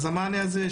אז המענה הזה,